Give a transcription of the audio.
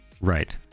Right